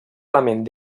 element